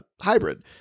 hybrid